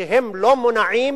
שהם לא מונעים